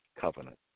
covenant